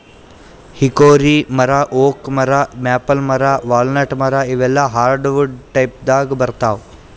hickory ಮರಾ oak ಮರಾ maple ಮರಾ ವಾಲ್ನಟ್ ಮರಾ ಇವೆಲ್ಲಾ ಹಾರ್ಡವುಡ್ ಟೈಪ್ದಾಗ್ ಬರ್ತಾವ್